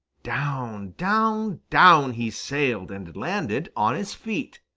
down, down, down he sailed and landed on his feet.